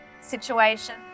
situation